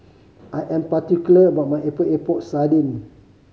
I am particular about my Epok Epok Sardin